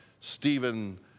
Stephen